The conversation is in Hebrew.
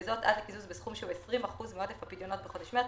וזאת עד לקיזוז בסכום שהוא 20 אחוז מעודף הפדיונות בחודש מרס,